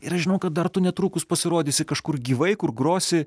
ir aš žinau kad dar tu netrukus pasirodysi kažkur gyvai kur grosi